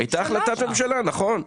הייתה החלטת ממשלה, נכון.